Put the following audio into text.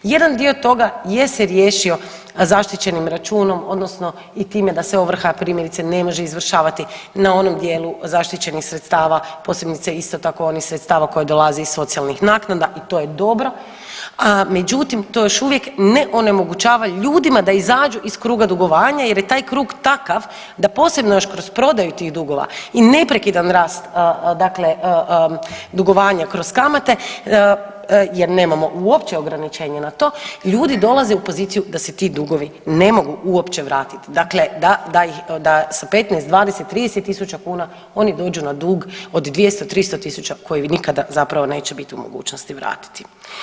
Jedan dio toga je se riješio zaštićenim računom odnosno i time da se ovrha primjerice ne može izvršavati na onom djelu zaštićenih sredstava posebice isto tako onih sredstava koja dolaze iz socijalnih naknada i to je dobro, a međutim to još uvijek ne onemogućava ljudima da izađu iz kruga dugovanja jer je taj krug takav da posebno još kroz prodaju tih dugova i neprekidan rast dakle dugovanja kroz kamate, jer nemamo uopće ograničenje na to, ljudi dolaze u poziciju da se ti dugovi ne mogu uopće vratiti dakle da ih, da s 15, 20, 30.000 kuna oni dođu na dug od 200, 300.000 koji nikada zapravo neće biti u mogućnosti vratiti.